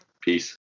Peace